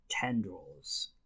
Tendrils